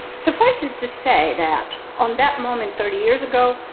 suffice it to say that on that moment thirty years ago,